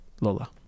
Lola